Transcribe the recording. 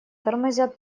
тормозят